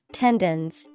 tendons